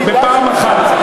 בפעם אחת.